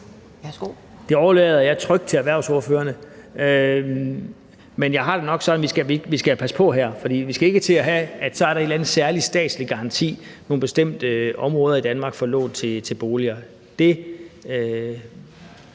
Det overlader jeg trygt til erhvervsordførerne, men jeg har det nok sådan, at vi skal passe på her, for vi skal ikke til at have, at der så er en eller anden særlig statslig garanti i nogle bestemte områder af Danmark for lån til boliger. Det